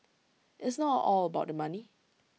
IT is not all about the money